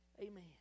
Amen